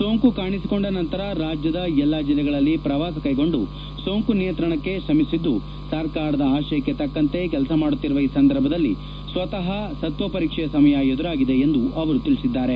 ಸೋಂಕು ಕಾಣಿಸಿಕೊಂಡ ನಂತರ ರಾಜ್ಯದ ಎಲ್ಲ ಜಿಲ್ಲೆಗಳಲ್ಲಿ ಪ್ರವಾಸ ಕೈಗೊಂಡು ಸೋಂಕು ನಿಯಂತ್ರಣಕ್ಕೆ ಶ್ರಮಿಸಿದ್ದು ಸರ್ಕಾರದ ಆಶಯಕ್ಕೆ ತಕ್ಕಂತೆ ಕೆಲಸ ಮಾಡುತ್ತಿರುವ ಈ ಸಂದರ್ಭದಲ್ಲಿ ಸ್ವತಹ ಸತ್ವಪರೀಕ್ಷೆಯ ಸಮಯ ಎದುರಾಗಿದೆ ಎಂದು ಹೇಳಿದ್ದಾರೆ